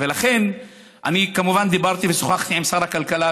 ולכן אני כמובן שוחחתי עם שר הכלכלה,